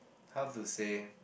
how to say